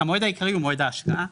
המועד העיקרי הוא מועד ההשקעה,